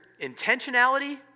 intentionality